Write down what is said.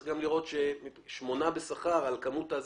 צריך גם לראות ששמונה בשכר על הכמות,